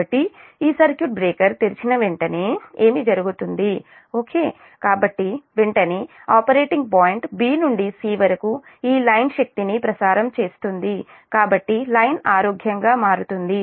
కాబట్టి ఈ circuit breaker తెరిచిన వెంటనే ఏమి జరుగుతుంది ఓకే కాబట్టి వెంటనే ఆపరేటింగ్ పాయింట్ b నుండి c వరకు ఈ లైన్ శక్తి ని ప్రసారం చేస్తుంది కాబట్టి లైన్ ఆరోగ్యంగా మారుతుంది